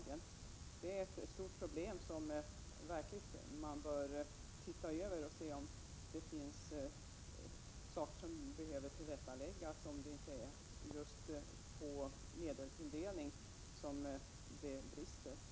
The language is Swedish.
Det är ett stort problem, och man bör se efter om det finns saker som behöver tillrättaläggas, och om det inte brister just när det gäller medelstilldelningen.